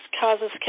causes